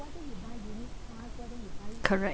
correct